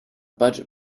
budget